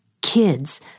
kids